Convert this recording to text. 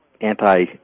anti